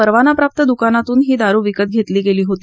परवानाप्राप्त दुकानातुन ही दारु विकत घेतली गेली होती